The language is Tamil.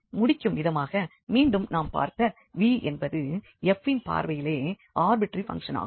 முடிக்கும்விதமாக மீண்டும் நாம் பார்த்த v என்பது F இன் பார்வையிலே ஆர்பிட்டரி பங்க்ஷன் ஆகும்